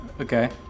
Okay